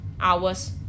hours